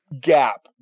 gap